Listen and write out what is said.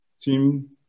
team